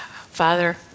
Father